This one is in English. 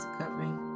covering